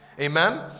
Amen